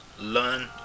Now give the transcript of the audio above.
learn